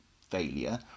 failure